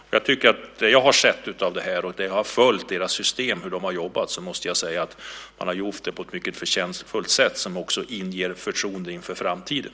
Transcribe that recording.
När jag har följt deras system och sett hur de har jobbat måste jag säga att de har gjort det på ett mycket förtjänstfullt sätt som också inger förtroende inför framtiden.